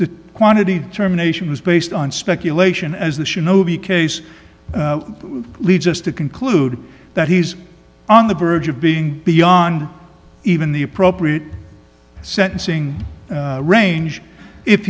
the quantity determination was based on speculation as the shinobi case leads us to conclude that he's on the verge of being beyond even the appropriate sentencing range if